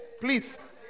Please